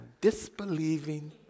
disbelieving